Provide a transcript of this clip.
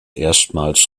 erstmals